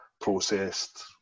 processed